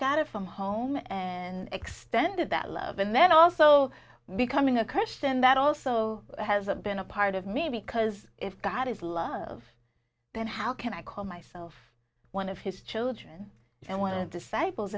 got it from home and extended that love and then also becoming a christian that also has been a part of me because if god is love then how can i call myself one of his children and want to disciples